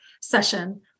session